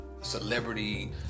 celebrity